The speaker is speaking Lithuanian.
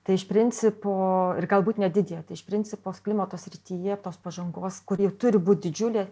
tai iš principo ir galbūt nedidėja tai iš principo klimato srityje tos pažangos kuri turi būt didžiulė